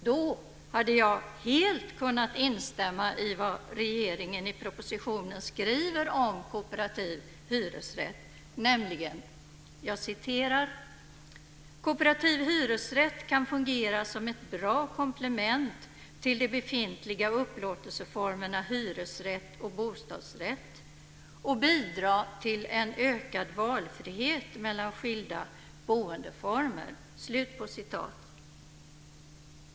Då hade jag helt kunnat instämma i vad regeringen i propositionen skriver om kooperativ hyresrätt, nämligen: "Kooperativ hyresrätt kan fungera som ett bra komplement till de befintliga upplåtelseformerna hyresrätt och bostadsrätt och bidra till en ökad valfrihet mellan skilda boendeformer."